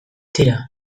tira